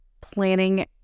planning